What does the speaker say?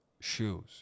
shoes